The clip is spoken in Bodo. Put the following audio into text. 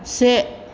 से